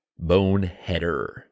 boneheader